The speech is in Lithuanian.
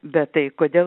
bet tai kodėl